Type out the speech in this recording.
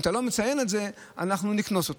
אם אתה לא מציין את זה, אנחנו נקנוס אותך.